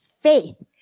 faith